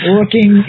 Looking